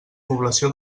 població